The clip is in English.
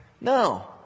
No